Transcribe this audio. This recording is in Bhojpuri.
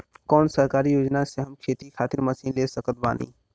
कौन सरकारी योजना से हम खेती खातिर मशीन ले सकत बानी?